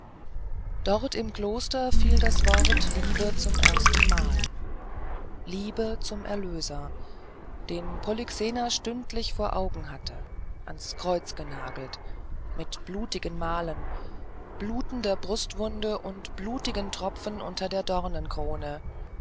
dort im kloster fiel das wort liebe zum erstenmal liebe zum erlöser den polyxena stündlich vor augen hatte ans kreuz genagelt mit blutigen malen blutender brustwunde und blutigen tropfen unter der dornenkrone